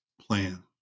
plan